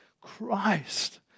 Christ